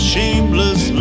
shameless